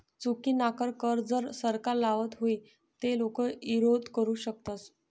चुकीनाकर कर जर सरकार लावत व्हई ते लोके ईरोध करु शकतस